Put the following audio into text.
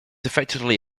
effectively